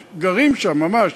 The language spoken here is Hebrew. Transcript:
גרים שם ממש,